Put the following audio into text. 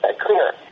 clear